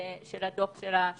אנחנו יכולים להתייחס לכל דבר אחר.